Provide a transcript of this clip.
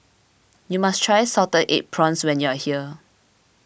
you must try Salted Egg Prawns when you are here